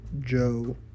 Joe